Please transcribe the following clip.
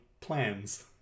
Plans